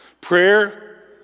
Prayer